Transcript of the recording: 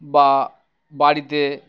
বা বাড়িতে